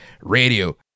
radio